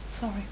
Sorry